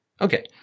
Okay